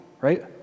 right